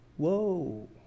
Whoa